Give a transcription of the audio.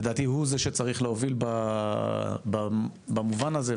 לדעתי הוא זה שצריך להוביל במובן הזה,